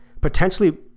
potentially